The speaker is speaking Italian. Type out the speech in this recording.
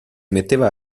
metteva